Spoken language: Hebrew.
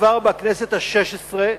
שכבר בכנסת השש-עשרה,